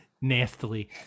nastily